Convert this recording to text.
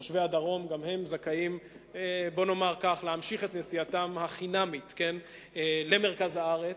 גם תושבי הדרום זכאים להמשיך את נסיעתם החינמית למרכז הארץ,